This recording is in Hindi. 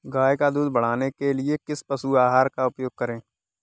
गाय का दूध बढ़ाने के लिए किस पशु आहार का उपयोग करें?